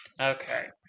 Okay